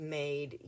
made